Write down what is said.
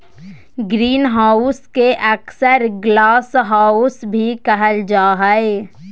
greenhouse के अक्सर glasshouse भी कहल जा हइ